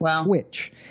Twitch